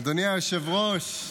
אדוני היושב-ראש,